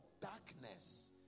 darkness